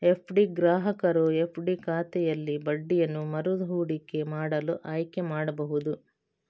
FD ಗ್ರಾಹಕರು FD ಖಾತೆಯಲ್ಲಿ ಬಡ್ಡಿಯನ್ನು ಮರು ಹೂಡಿಕೆ ಮಾಡಲು ಆಯ್ಕೆ ಮಾಡಬಹುದು